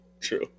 True